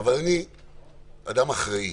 אבל אני אדם אחראי,